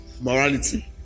morality